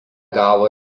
gavo